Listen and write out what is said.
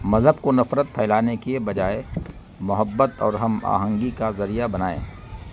مذہب کو نفرت پھیلانے کیے بجائے محبت اور ہم آہنگی کا ذریعہ بنائیں